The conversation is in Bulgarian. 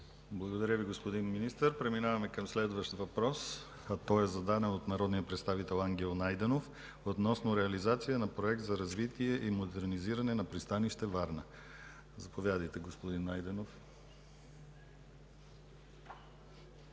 Благодаря, господин Министър. Преминаваме към следващия въпрос. Той е зададен от народния представител Ангел Найденов относно реализация на проект за развитие и модернизиране на пристанище Варна. Заповядайте, господин Найденов.